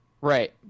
Right